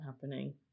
happening